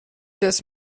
das